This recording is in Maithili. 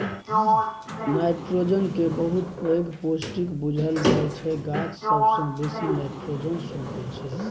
नाइट्रोजन केँ बहुत पैघ पौष्टिक बुझल जाइ छै गाछ सबसँ बेसी नाइट्रोजन सोखय छै